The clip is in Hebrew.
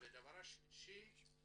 דבר שלישי,